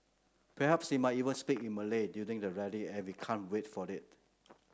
perhaps he might even speak in Malay during the rally and we can't wait for it